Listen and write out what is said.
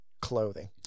clothing